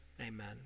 amen